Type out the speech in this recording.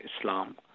Islam